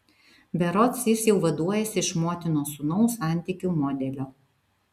berods jis jau vaduojasi iš motinos sūnaus santykių modelio